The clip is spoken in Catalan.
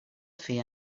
fer